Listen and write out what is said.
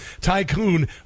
tycoon